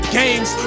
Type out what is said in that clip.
games